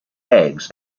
eggs